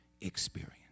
experience